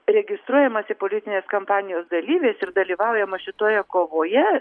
registruojamasi politinės kampanijos dalyviais ir dalyvaujama šitoje kovoje